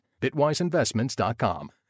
BitwiseInvestments.com